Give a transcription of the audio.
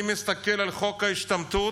אני מסתכל על חוק ההשתמטות,